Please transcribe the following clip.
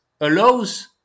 allows